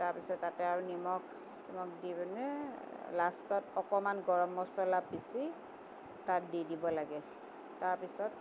তাৰপিছত তাতে আৰু নিমখ চিমখ দি পিনে লাষ্টত অকণমান গৰম মচলা পিচি তাত দি দিব লাগে তাৰপিছত